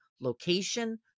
location